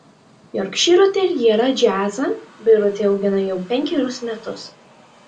jorkšyro terjerą džiazą birutė augina jau penkerius metus